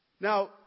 Now